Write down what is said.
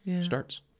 starts